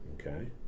Okay